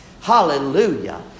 Hallelujah